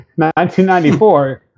1994